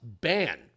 ban